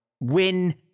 win